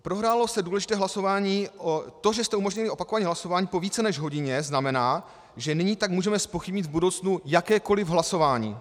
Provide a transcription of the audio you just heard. Prohrálo se důležité hlasování to, že jste umožnili opakování hlasování po více než hodině, znamená, že nyní tak můžeme zpochybnit v budoucnu jakékoli hlasování.